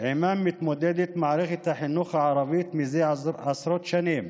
שעימם מתמודדת מערכת החינוך הערבית מזה עשרות שנים,